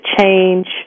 change